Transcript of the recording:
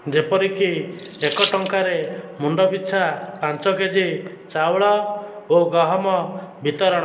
ଯେପରିକି ଏକ ଟଙ୍କାରେ ମୁଣ୍ଡ ପିଛା ପାଞ୍ଚ କେ ଜି ଚାଉଳ ଓ ଗହମ ବିତରଣ